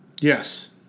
Yes